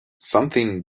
something